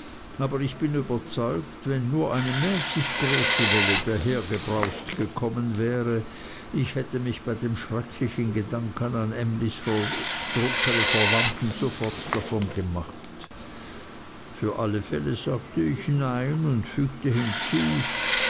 aber ich bin überzeugt wenn nur eine mäßig große welle dahergebraust gekommen wäre ich hätte mich bei dem schrecklichen gedanken an emlys ertrunkene verwandten sofort davon gemacht für alle fälle sagte ich nein und fügte hinzu